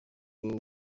wowe